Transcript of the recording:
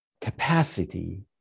capacity